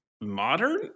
modern